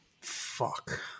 fuck